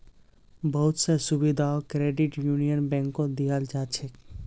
बहुत स सुविधाओ क्रेडिट यूनियन बैंकत दीयाल जा छेक